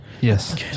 Yes